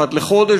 אחת לחודש,